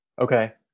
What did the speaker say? Okay